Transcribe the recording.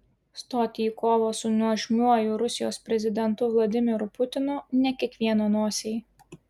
stoti į kovą su nuožmiuoju rusijos prezidentu vladimiru putinu ne kiekvieno nosiai